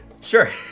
Sure